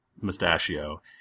Mustachio